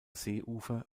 seeufer